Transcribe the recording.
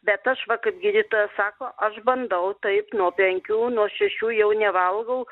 bet aš va kaip gydytojas sako aš bandau taip nuo penkių nuo šešių jau nevalgau